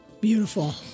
Beautiful